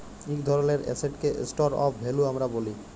ইক ধরলের এসেটকে স্টর অফ ভ্যালু আমরা ব্যলি